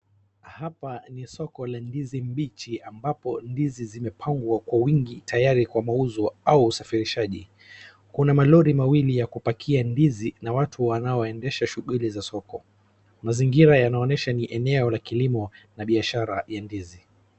Hapa ni soko la ndizi mbichi ambapo ndizi zimepangwa kwa wingi tayari kwa mauzo au usafirishaji. Kuna malori mawili ya kupakia ndizi na watu wanaondesha shughuli za soko. Mazingira yanaonyesha ni eneo la kilimo na biashara ya ndizi.